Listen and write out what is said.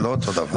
זה לא אותו דבר.